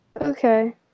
Okay